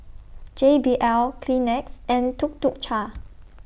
J B L Kleenex and Tuk Tuk Cha